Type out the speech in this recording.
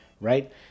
right